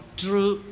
true